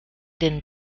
den